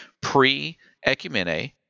pre-Ecumene